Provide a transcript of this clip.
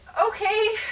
okay